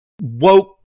woke